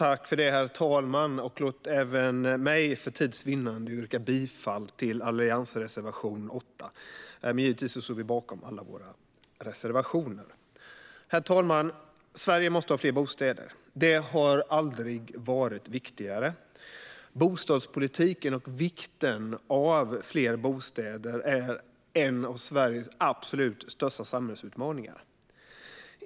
Herr talman! Låt mig för tids vinnande yrka bifall till alliansreservation 8. Givetvis står vi bakom alla våra reservationer. Herr talman! Sverige måste ha fler bostäder. Det har aldrig varit viktigare. Bostadspolitiken och vikten av fler bostäder är en av Sveriges absolut största samhällsutmaningar.